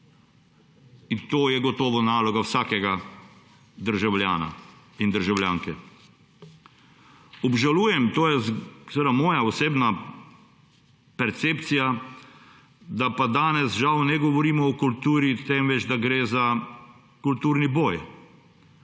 In to je gotovo naloga vsakega državljana in državljanke. Obžalujem, to je seveda moja osebna percepcija, da pa danes žal ne govorimo o kulturi, temveč da gre za kulturni boj.